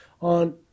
on